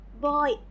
Boy